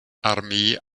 armee